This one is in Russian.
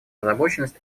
озабоченность